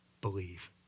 Believe